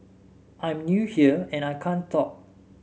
I'm new here and I can't talk